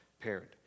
parent